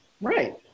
Right